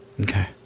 Okay